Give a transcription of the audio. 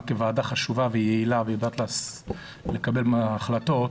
כוועדה חשובה ויעילה ויודעת לקבל החלטות,